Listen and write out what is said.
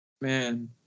Man